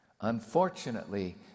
Unfortunately